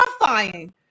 terrifying